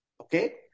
okay